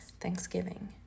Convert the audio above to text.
Thanksgiving